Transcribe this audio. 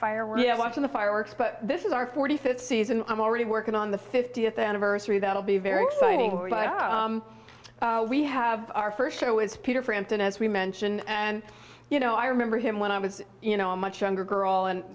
fireworks yes watching the fireworks but this is our forty fifth season and i'm already working on the fiftieth anniversary that'll be very exciting we have our first show is peter frampton as we mentioned and you know i remember him when i was you know a much younger girl and